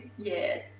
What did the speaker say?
yes.